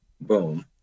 boom